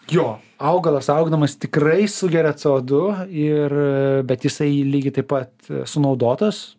jo augalas augdamas tikrai sugeria c o du ir bet jisai lygiai taip pat sunaudotas